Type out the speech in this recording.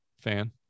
fan